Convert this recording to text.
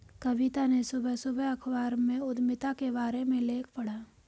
कविता ने सुबह सुबह अखबार में उधमिता के बारे में लेख पढ़ा